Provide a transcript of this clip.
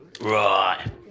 Right